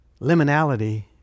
Liminality